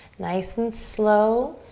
nice and slow.